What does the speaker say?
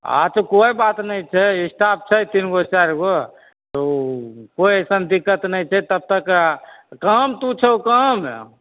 अच्छे कोइ बात नहि छै स्टाफ छै तिनगो चारिगो तऽ कोइ अइसन दिक्कत नहि छै तबतक आ काम तू छऽ कहऽ ने